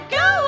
go